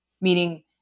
meaning